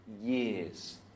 years